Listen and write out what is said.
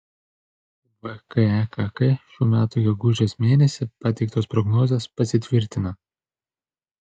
vkekk šių metų gegužės mėnesį pateiktos prognozės pasitvirtina